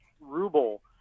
ruble